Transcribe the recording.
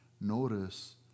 Notice